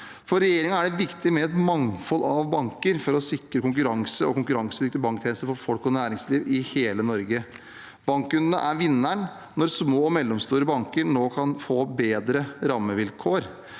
For regjeringen er det viktig med et mangfold av banker for å sikre konkurranse og konkurransedyktige banktjenester for folk og næringsliv i hele Norge. Bankkundene er vinnerne når små og mellomstore banker nå kan få bedre rammevilkår.